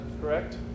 correct